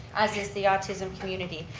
as is the autism community.